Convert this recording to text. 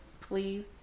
please